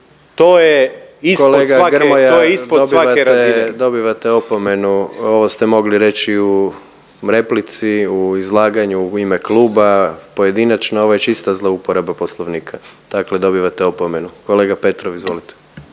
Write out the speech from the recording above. **Jandroković, Gordan (HDZ)** Dobivate opomenu, ovo ste mogli reći u replici u izlaganju u ime kluba, pojedinačno ovo je čista zlouporaba poslovnika, dakle dobivate opomenu. Kolega Petrov izvolite.